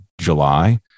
July